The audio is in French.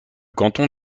canton